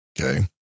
okay